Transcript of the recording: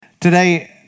Today